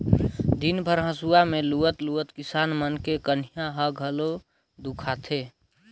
दिन भर हंसुआ में लुवत लुवत किसान मन के कनिहा ह घलो दुखा थे